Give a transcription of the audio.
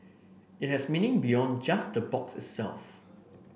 it has meaning beyond just the box itself